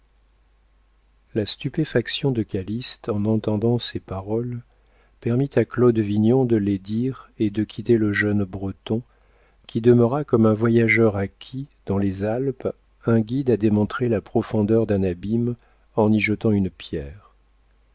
la stupéfaction de calyste en entendant ces paroles permit à claude vignon de les dire et de quitter le jeune breton qui demeura comme un voyageur à qui dans les alpes un guide a démontré la profondeur d'un abîme en y jetant une pierre